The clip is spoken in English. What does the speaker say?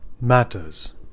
matters